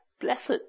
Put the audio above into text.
blessed